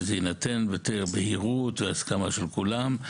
ותינתן יותר בהירות והסכמה של כולם,